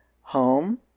home